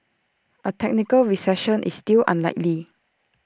A technical recession is still unlikely